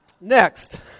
Next